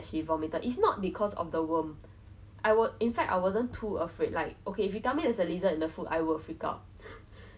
so after I think she she didn't eat the the worm lah but I think she saw the worm then af~ when she was midway eating then she just like